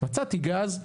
מצאתי גז,